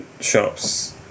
shops